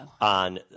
on